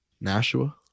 Nashua